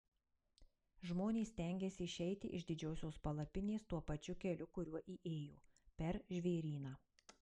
žmonės stengiasi išeiti iš didžiosios palapinės tuo pačiu keliu kuriuo įėjo per žvėryną